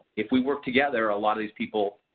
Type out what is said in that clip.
if we work together a lot of these people,